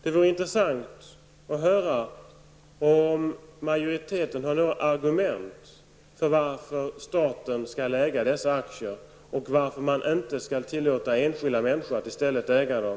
Det vore intressant att höra om majoriteten har några argument för varför staten skall äga dessa aktier och varför man inte i stället skall tillåta enskilda människor att äga dem.